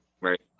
right